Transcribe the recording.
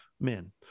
men